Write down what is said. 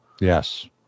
Yes